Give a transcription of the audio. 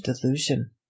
delusion